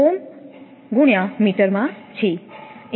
માં છે